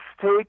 take